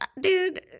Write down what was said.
Dude